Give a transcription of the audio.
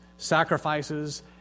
Sacrifices